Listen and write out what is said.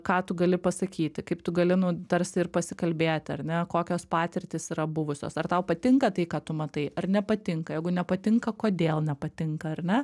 ką tu gali pasakyti kaip tu gali nu tarsi ir pasikalbėti ar ne kokios patirtys yra buvusios ar tau patinka tai ką tu matai ar nepatinka jeigu nepatinka kodėl nepatinka ar ne